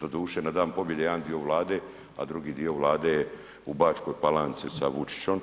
Doduše, na Dan pobjede jedan dio Vlade, a drugi dio Vlade je u Bačkoj Palanci sa Vučićem